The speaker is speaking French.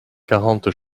quarante